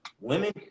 women